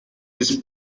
his